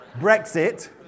Brexit